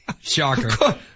Shocker